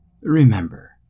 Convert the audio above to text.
Remember